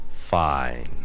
Fine